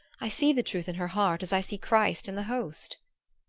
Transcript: i see the truth in her heart as i see christ in the host!